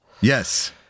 Yes